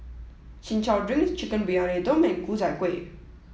Chin Chow Drink Chicken Briyani Dum and Ku Chai Kueh